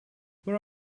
where